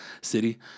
City